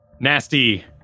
Nasty